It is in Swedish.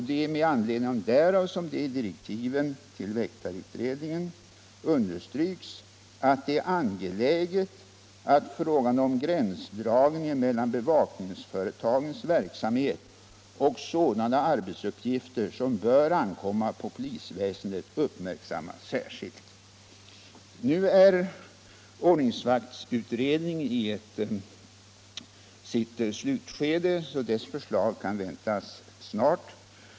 Det är med anledning därav som det i direktiven till väktarutredningen understryks att det är angeläget att frågan om gränsdragning mellan bevakningsföretagens verksamhet och sådana arbetsuppgifter som bör ankomma på polisväsendet uppmiirksammas särskilt. Nu är utredningens arbete inne i sitt slutskede, så förslag kan väntas snart.